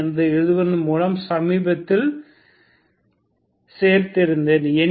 என எழுதுவதன் மூலம் சமீபத்தில் சேர்த்திருந்தேன்